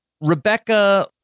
Rebecca